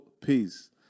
Peace